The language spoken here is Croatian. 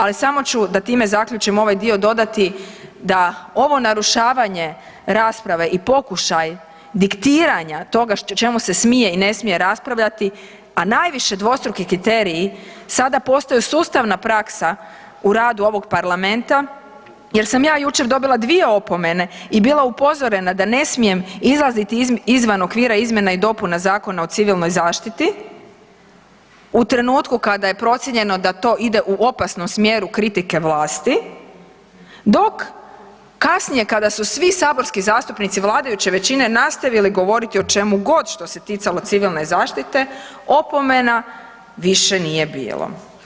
Ali samo ću da tim zaključimo ovaj dio, dodati da ovo narušavanje rasprave i pokušaj diktiranja toga čemu se smije i ne smije raspravljati, a najviše dvostruki kriteriji sada postaju sustavna praksa u radu ovog parlamenta jer sam ja jučer dobila dvije opomene i bila upozorena da ne smijem izlazi izvan okvira izmjena i dopuna Zakona o civilnoj zaštiti u trenutku kad je procijenjeno da to ide u opasnom smjeru kritike vlasti, dok kasnije kada su svi saborski zastupnici vladajuće većine nastavili govoriti o čemu god što se ticalo civilne zaštite, opomena više nije bilo.